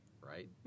right